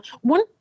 One